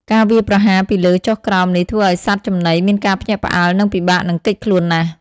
ការវាយប្រហារពីលើចុះក្រោមនេះធ្វើឲ្យសត្វចំណីមានការភ្ញាក់ផ្អើល និងពិបាកនឹងគេចខ្លួនណាស់។